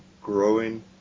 growing